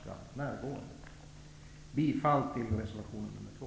Jag yrkar bifall till reservation 2.